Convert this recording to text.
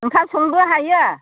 ओंखाम संनोबो हायो